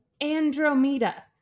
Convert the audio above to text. Andromeda